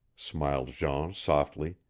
smiled jean softly,